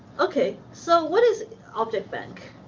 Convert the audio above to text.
okay. so, what is objectbank?